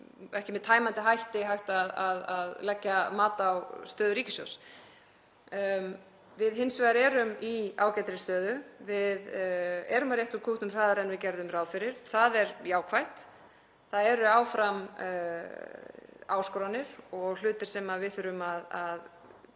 ekki með tæmandi hætti hægt að leggja mat á stöðu ríkissjóðs. Við erum hins vegar í ágætri stöðu. Við erum að rétta úr kútnum hraðar en við gerðum ráð fyrir. Það er jákvætt. Það eru áfram áskoranir og hlutir sem við þurfum að